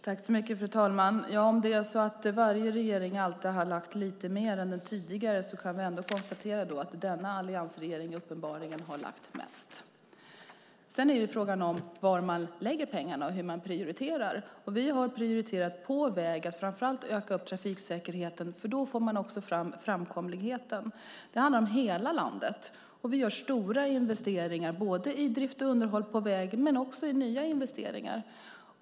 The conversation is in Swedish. Fru talman! Även om varje ny regering lagt lite mer än den tidigare kan vi konstatera att denna alliansregering uppenbarligen lagt mest. Sedan är frågan var man lägger pengarna och hur man prioriterar. Vi har prioriterat vägarna genom att framför allt öka trafiksäkerheten. Då får man också framkomligheten. Det handlar om hela landet. Vi gör stora investeringar i drift och underhåll på väg men också i nya investeringar.